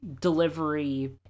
delivery